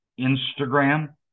Instagram